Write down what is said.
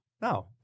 No